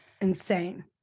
Insane